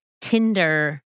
Tinder